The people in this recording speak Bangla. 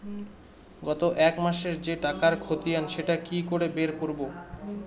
গত এক মাসের যে টাকার খতিয়ান সেটা কি করে বের করব?